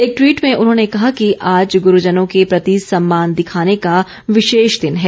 एक ट्वीट भे उन्होंने कहा कि आज गुरुजनों के प्रति सम्मान दिखाने का विशेष दिन है